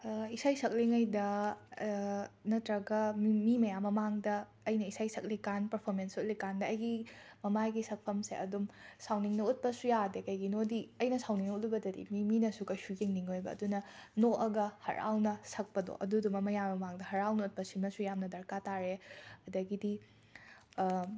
ꯏꯁꯩ ꯁꯛꯂꯤꯉꯩꯗ ꯅꯠꯇ꯭ꯔꯒ ꯃꯤ ꯃꯌꯥꯝ ꯃꯃꯥꯡꯗ ꯑꯩꯅ ꯏꯁꯩ ꯁꯛꯂꯤꯀꯥꯟ ꯄꯔꯐꯣꯃꯦꯟꯁ ꯎꯠꯂꯤꯀꯥꯟꯗ ꯑꯩꯒꯤ ꯃꯃꯥꯏꯒꯤ ꯁꯛꯐꯝꯁꯦ ꯑꯗꯨꯝ ꯁꯥꯎꯅꯤꯡꯅ ꯎꯠꯄꯁꯨ ꯌꯥꯗꯦ ꯀꯩꯒꯤꯅꯣꯗꯤ ꯑꯩꯅ ꯁꯥꯎꯅꯤꯡꯅ ꯎꯠꯂꯨꯕꯗꯗꯤ ꯃꯤ ꯃꯤꯅꯁꯨ ꯀꯩꯁꯨ ꯌꯦꯡꯅꯤꯡꯉꯣꯏꯕ ꯑꯗꯨꯅ ꯅꯣꯛꯑꯒ ꯍꯔꯥꯎꯅ ꯁꯛꯄꯗꯣ ꯑꯗꯨꯗꯨꯃ ꯃꯌꯥꯝ ꯃꯃꯥꯡꯗ ꯍꯔꯥꯎꯅ ꯎꯠꯄꯁꯤꯃꯁꯨ ꯌꯥꯝꯅ ꯗꯔꯀꯥꯔ ꯇꯥꯔꯦ ꯑꯗꯒꯤꯗꯤ